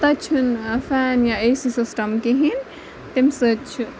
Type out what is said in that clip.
تَتہِ چھُنہٕ فین یا اے سی سِسٹَم کِہیٖنۍ تمہِ سۭتۍ چھ